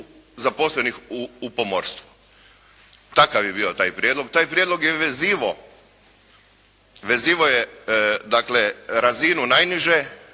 zaposlenih u pomorstvu. Takav je bio taj prijedlog. Taj prijedlog je vezivao dakle razinu najniže